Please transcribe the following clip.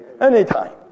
Anytime